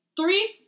three